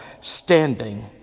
standing